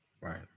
Right